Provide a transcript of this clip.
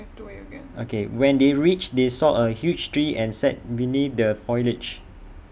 O K when they reached they saw A huge tree and sat beneath the foliage